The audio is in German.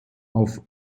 auf